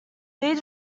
lead